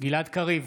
גלעד קריב,